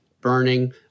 burning